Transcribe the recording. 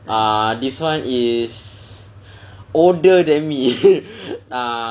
ah this [one] is older than me ah